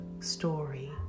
story